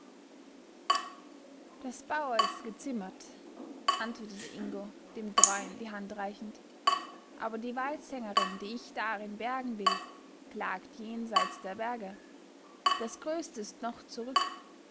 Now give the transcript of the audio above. das bauer ist gezimmert antwortete ingo dem treuen die hand reichend aber die waldsängerin die ich darin bergen will klagt jenseit der berge das größte ist noch zurück